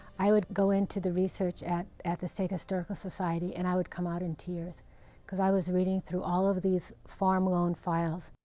i would go into the research at at the state historical society, and i would come out in tears cause i was reading through all of these farm loan files.